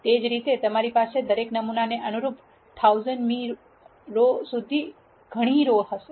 તે જ રીતે તમારી પાસે દરેક નમુના ને અનુરૂપ 1000 મી રો સુધી ઘણી રો હશે